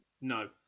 no